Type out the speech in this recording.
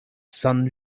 sun